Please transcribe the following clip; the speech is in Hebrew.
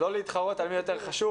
לא להתחרות על מי יותר חשוב,